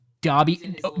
Dobby